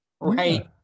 right